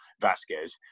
Vasquez